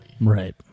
right